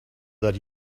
that